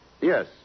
Yes